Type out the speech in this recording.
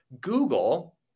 Google